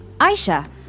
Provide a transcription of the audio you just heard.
Aisha